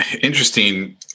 interesting